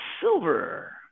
silver